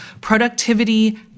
productivity